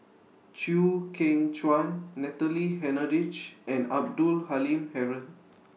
Chew Kheng Chuan Natalie Hennedige and Abdul Halim Haron